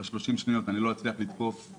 ב-30 שניות אני לא אצליח לתקוף.